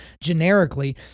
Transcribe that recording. generically